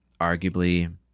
arguably